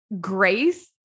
Grace